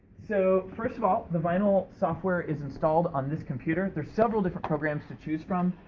so, first of all, the vinyl software is installed on this computer. there's several different programs to choose from,